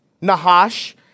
Nahash